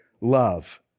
love